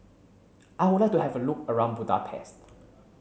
I would like to have a look around Budapest